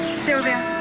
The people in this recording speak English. sylvia,